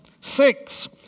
Six